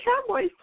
Cowboys